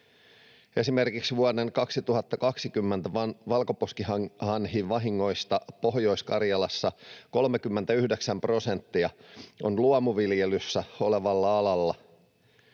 Esimerkiksi vuoden 2020 valkoposkihanhivahingoista Pohjois-Karjalassa 39 prosenttia on luomuviljelyssä olevalla alalla.